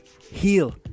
heal